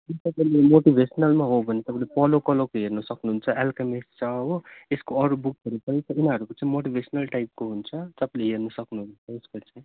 यदि तपाईँले मोटिभेसनलमा हो भने तपाईँले पाउलो कलोको हेर्न सक्नुहुन्छ एल्कामिस्ट छ हो यसको अरू बुकहरू पनि छ उनीहरूको चाहिँ मोटिभेसनल टाइपको हुन्छ तपाईँले हेर्न सक्नुहुन्छ यसमा चाहिँ